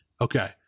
Okay